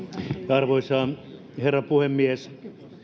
arvoisa herra puhemies